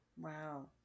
Wow